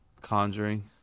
Conjuring